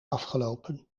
afgelopen